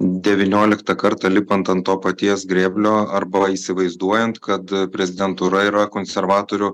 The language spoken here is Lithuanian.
devynioliktą kartą lipant ant to paties grėblio arba įsivaizduojant kad prezidentūra yra konservatorių